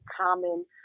common